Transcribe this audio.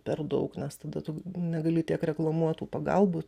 per daug nes tada tu negali tiek reklamuot tų pagalbų